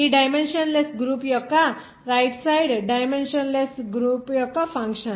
ఈ dimensionless group ఇక్కడ right side dimensionless group యొక్క ఫంక్షన్